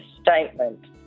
statement